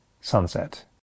sunset